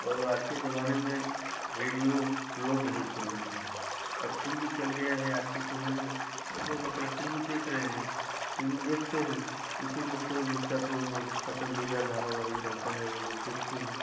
और आज के ज़माने में रेडियो लोग नहीं सुन रहे हैं अब टी वी चल गया है आज के समय में लोग अपना टी वी देख रहे हैं टी वी देखते हैं उसी में सो जिसका सो पसंदीदा धारावाहिक रहता है वे लोग देखते हैं